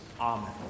Amen